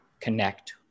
connect